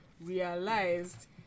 realized